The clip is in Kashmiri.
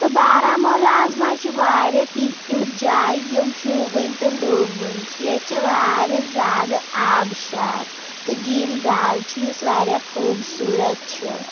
تہٕ بارہمولاہَس منٛز چھِ واریاہ تِتھ تِژھ جاے یِم شوٗبؤنۍ تہٕ لوٗبؤنۍ چھِ ییٚتہِ چھِ واریاہ زیادٕ آبہٕ شار تہٕ جیٖل ڈل چھُ یُس واریاہ خوٗبصوٗرت چھِ